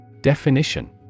Definition